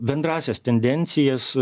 bendrąsias tendencijas